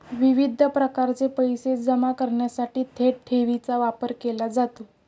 विविध प्रकारचे पैसे जमा करण्यासाठी थेट ठेवीचा वापर केला जातो